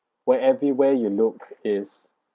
where everywhere you look is